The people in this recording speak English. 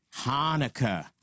Hanukkah